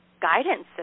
guidance